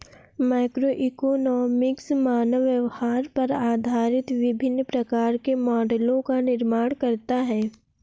microeconomics मानव व्यवहार पर आधारित विभिन्न प्रकार के मॉडलों का निर्माण करता है